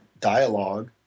dialogue